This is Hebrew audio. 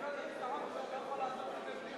משרד הביטחון לא יכול לעשות את זה בלי חוק?